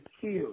killed